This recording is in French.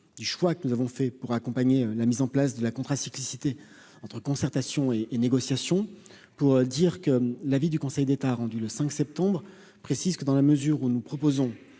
du choix que nous avons fait pour accompagner la mise en place de la contrat cyclicité entre concertation et et négociations pour dire que l'avis du Conseil d'État a rendu le 5 septembre précise que dans la mesure où nous proposons